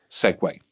segue